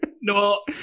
No